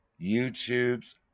YouTubes